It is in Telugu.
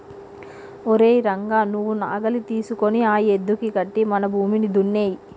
ఓరై రంగ నువ్వు నాగలి తీసుకొని ఆ యద్దుకి కట్టి మన భూమిని దున్నేయి